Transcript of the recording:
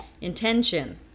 intention